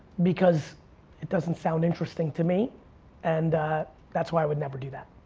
because it doesn't sound interesting to me and that's why i would never do that.